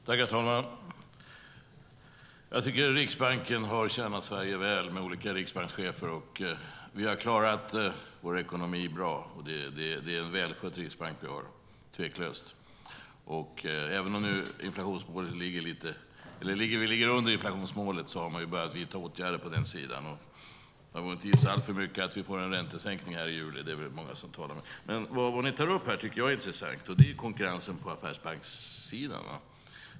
Herr talman! Jag tycker att Riksbanken har tjänat Sverige väl med olika riksbankschefer. Vi har klarat vår ekonomi bra, och det är tveklöst en välskött riksbank som vi har. Även om vi ligger under inflationsmålet har man börjat vidta åtgärder på den sidan. Man behöver inte gissa alltför mycket för att säga att vi får en räntesänkning i juli. Det är väl mycket som talar för det. Vad ni tar upp tycker jag är intressant. Det är konkurrensen på affärsbankssidan.